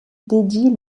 dédie